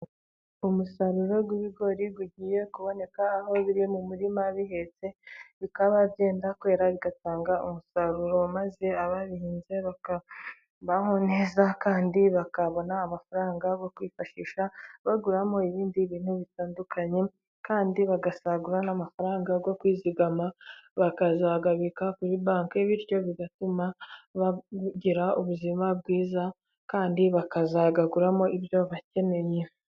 Umusaruro w'ibigori ugiye kuboneka, aho biri mu murima bihetse bikaba byenda kwera, bigatanga umusaruro, maze ababihinze bakabaho neza, kandi bakabona amafaranga yokwifashisha, baguramo ibindi bintu bitandukanye, kandi bagasagura n'amafaranga yo kwizigama bakazaybika kuri banki, bityo bigatuma bagira ubuzima bwiza kandi bakazagaguramo ibyo bakeneye.